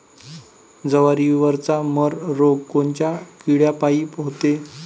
जवारीवरचा मर रोग कोनच्या किड्यापायी होते?